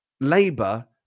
Labour